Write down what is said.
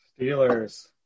Steelers